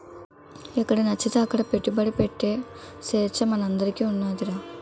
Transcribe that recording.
ఎక్కడనచ్చితే అక్కడ పెట్టుబడి ఎట్టే సేచ్చ మనందరికీ ఉన్నాదిరా